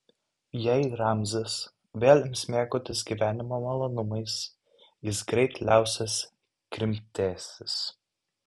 jei ramzis vėl ims mėgautis gyvenimo malonumais jis greit liausis krimtęsis